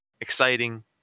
exciting